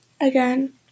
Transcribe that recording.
Again